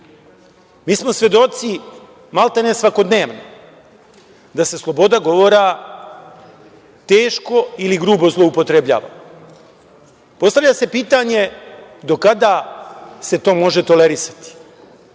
Mi smo svedoci maltene svakodnevno da se sloboda govora teško ili grubo zloupotrebljava. Postavlja se pitanje - do kada se to može tolerisati?